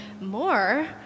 more